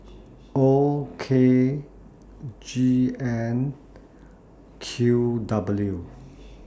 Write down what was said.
O K G N Q W